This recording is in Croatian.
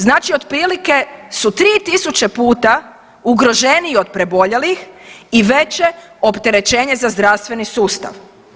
Znači otprilike su 3000 puta ugroženiji od preboljelih i veće opterećenje za zdravstveni sustav.